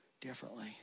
differently